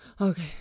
Okay